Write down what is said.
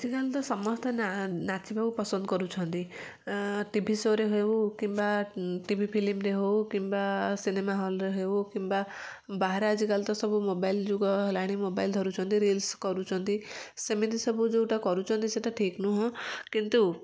ଆଜିକାଲି ତ ସମସ୍ତେ ନାଚିବାକୁ ପସନ୍ଦ କରୁଛନ୍ତି ଟି ଭି ଶୋ ରେ ହେଉ କିମ୍ବା ଟି ଭି ଫିଲିମ ରେ ହଉ କିମ୍ବା ସିନେମା ହଲ ରେ ହେଉ କିମ୍ବା ବାହାରେ ଆଜିକାଲି ତ ସବୁ ମୋବାଇଲ ଯୁଗ ହେଲାଣି ମୋବାଇଲ ଧରୁଛନ୍ତି ରିଲ୍ସ କରୁଛନ୍ତି ସେମିତି ସବୁ ଯେଉଁଟା କରୁଛନ୍ତି ସେଇଟା ଠିକ୍ ନୁହଁ କିନ୍ତୁ